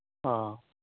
অ'